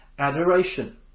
Adoration